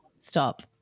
stop